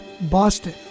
Boston